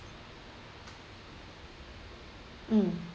mm